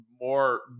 more